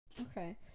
Okay